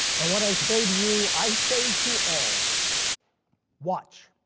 and what i say to you, i say to all watch!